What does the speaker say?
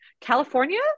California